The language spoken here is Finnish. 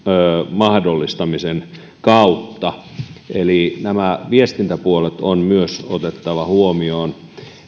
mahdollistamisen kautta eli nämä viestintäpuolet on myös otettava huomioon